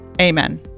Amen